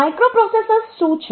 microprocessors શું છે